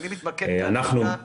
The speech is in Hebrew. סליחה,